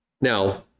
Now